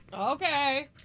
okay